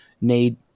need